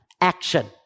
action